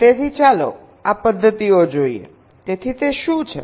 તેથી ચાલો આ પદ્ધતિઓ જોઈએ તેથી તે શું છે